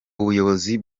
ubuyobozi